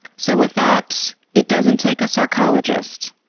so with that, it doesn't take a sarcologist,